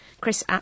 Chris